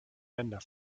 länder